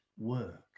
work